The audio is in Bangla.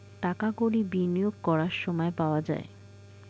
টাকা কড়ি বিনিয়োগ করার সময় পাওয়া যায়